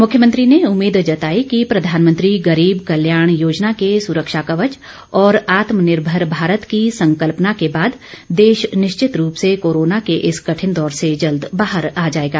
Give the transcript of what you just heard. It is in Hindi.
मुख्यमंत्री ने उम्मीद जताई कि प्रधानमंत्री गरीब कल्याण योजना के सुरक्षा कवंच और आत्मनिर्भर भारत की संकल्पना के बाद देश निश्चित रूप से कोरोना के इस कठिन दौर से जल्द बाहर आ जाएगा